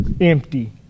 Empty